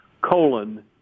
colon